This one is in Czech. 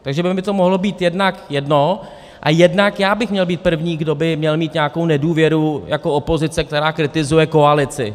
Takže by mi to mohlo být jednak jedno a jednak já bych měl být první, kdo by měl mít nějakou nedůvěru jako opozice, která kritizuje koalici.